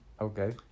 Okay